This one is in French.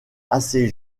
assez